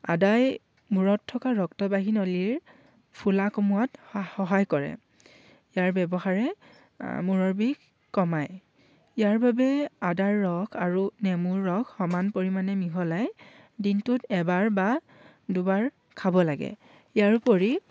আদাই মূৰত থকা ৰক্তবাহী নলীৰ ফুলা কোমোৱাত সহায় কৰে ইয়াৰ ব্যৱহাৰে মূৰৰ বিষ কমাই ইয়াৰ বাবে আদাৰ ৰস আৰু নেমুৰ ৰস সমান পৰিমাণে মিহলাই দিনটোত এবাৰ বা দুবাৰ খাব লাগে ইয়াৰ ওপৰি